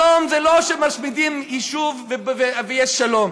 שלום זה לא שמשמידים יישוב ויש שלום.